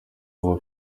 uwa